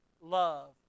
love